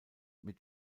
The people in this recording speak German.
mit